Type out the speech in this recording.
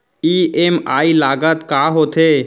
EMI लागत का होथे?